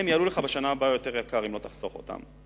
הם יעלו לך בשנה הבאה יותר אם לא תחסוך אותם,